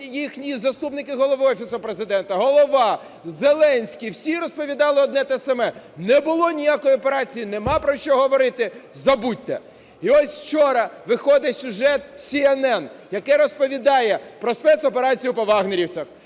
їхні заступники, голови Офісу Президента, голова, Зеленський. Всі розповідали одне й те саме: не було ніякої операції, нема про що говорити, забудьте. І ось вчора виходить сюжет CNN, який розповідає про спецоперацію по "вагнерівцях",